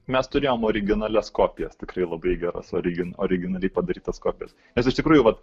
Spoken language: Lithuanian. mes turėjom originalias kopijas tikrai labai geras original originaliai padarytas kopijas nes iš tikrųjų vat